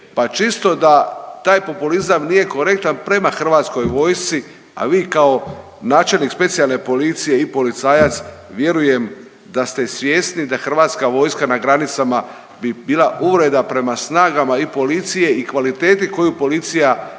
pa čisto da taj populizam nije korektan prema hrvatskoj vojsci, a vi kao načelnik Specijalne policije i policajac vjerujem da ste svjesni da hrvatska vojska na granicama bi bila uvreda prema snagama i policije i kvaliteti koju policija ima